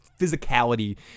physicality